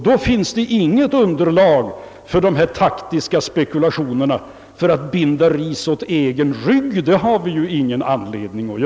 Det finns alltså inget underlag för dessa taktiska spekulationer, Vi har ju ingen anledning att binda ris åt egen rygg.